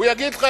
הוא יגיד לך,